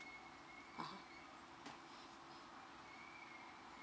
ah